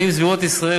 נעים זמירות ישראל,